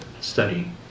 studying